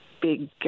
big